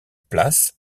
place